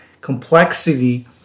complexity